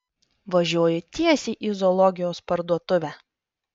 važiuoju tiesiai į zoologijos parduotuvę